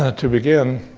ah to begin,